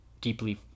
deeply